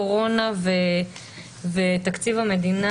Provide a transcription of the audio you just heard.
קורונה ותקציב המדינה,